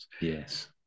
Yes